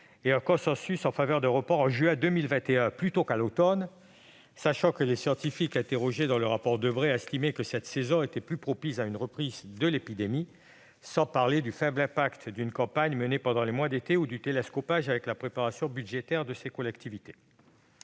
et le consensus formé en faveur d'un report en juin 2021 plutôt qu'à l'automne, sachant que les scientifiques interrogés pour le rapport Debré estimaient que cette saison était plus propice à une reprise de l'épidémie, sans parler du faible impact d'une campagne menée pendant les mois d'été, ou du télescopage avec la préparation budgétaire de ces collectivités.